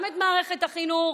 גם את מערכת החינוך,